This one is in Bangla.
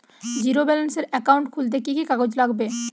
জীরো ব্যালেন্সের একাউন্ট খুলতে কি কি কাগজ লাগবে?